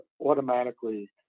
automatically